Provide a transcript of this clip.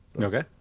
Okay